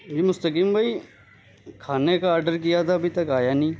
جی مستقیم بھائی کھانے کا آڈر کیا تھا ابھی تک آیا نہیں